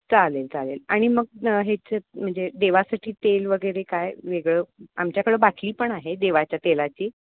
चालेल चालेल आणि मग ह्याचं म्हणजे देवासाठी तेल वगैरे काय वेगळं आमच्याकडं बाटली पण आहे देवाच्या तेलाची